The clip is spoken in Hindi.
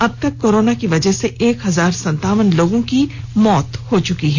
अबतक कोरोना की वजह से एक हजार संतावन लोगों की मौत हो चुकी है